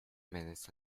minutes